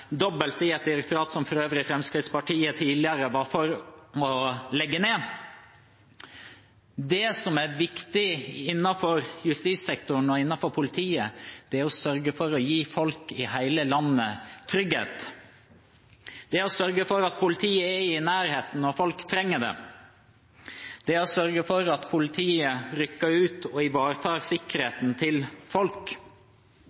dobbelte, i et direktorat som for øvrig Fremskrittspartiet tidligere var for å legge ned. Det som er viktig innenfor justissektoren og innenfor politiet, er å sørge for å gi folk i hele landet trygghet, det er å sørge for at politiet er i nærheten når folk trenger det, og det er å sørge for at politiet rykker ut og ivaretar